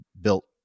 built